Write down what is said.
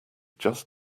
just